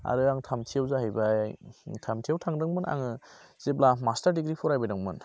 आरो आं थामथिआव जाहैबाय थामथिआव थांदोंमोन आङो जेब्ला मास्टार दिग्रि फरायबाय दंमोन